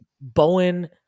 Bowen